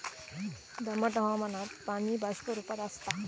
दमट हवामानात पाणी बाष्प रूपात आसता